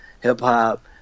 hip-hop